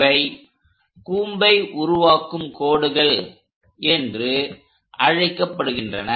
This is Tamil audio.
இவை கூம்பை உருவாக்கும் கோடுகள் என்று அழைக்கப்படுகின்றன